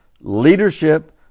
leadership